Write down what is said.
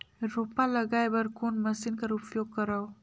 रोपा लगाय बर कोन मशीन कर उपयोग करव?